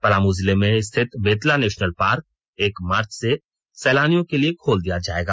पलामू जिले में स्थित बेतला नेशनल पार्क एक मार्च से सैलानियों के लिए खोल दिया जाएगा